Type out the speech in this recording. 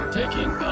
taking